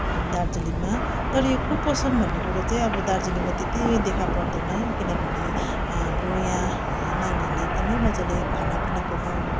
दार्जिलिङमा तर यो कुपोषण भन्ने कुरो चाहिँ अब दार्जिलिङमा त्यत्ति देखापर्दैन किनभने हाम्रो यहाँ नानीहरूले एकदमै मजाले खानापिनाको